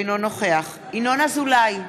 אינו נוכח ינון אזולאי,